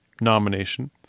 nomination